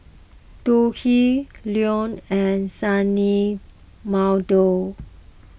Leo and Sunny